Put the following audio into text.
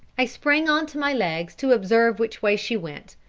i sprang on to my legs to observe which way she went,